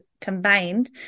combined